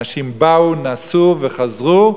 אנשים באו, נסעו וחזרו.